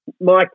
Mike